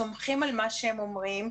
סומכים על מה שהם אומרים,